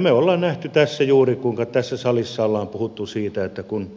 me olemme nähneet tässä juuri kuinka tässä salissa ollaan puhuttu siitä että kun